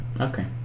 Okay